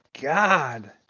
God